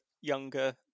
younger